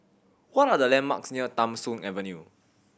what are the landmarks near Tham Soong Avenue